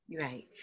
Right